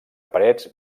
parets